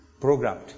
programmed